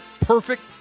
perfect